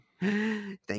Thank